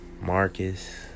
Marcus